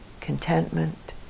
contentment